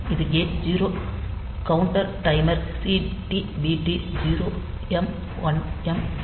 இது gate 0 count timer CT BT 0 m 1 m 0